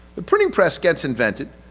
the printing press gets invented,